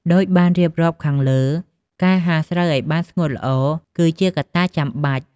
ដូចបានរៀបរាប់ខាងលើ ការហាលស្រូវឲ្យបានស្ងួតល្អ គឺជាកត្តាចាំបាច់។